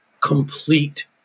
complete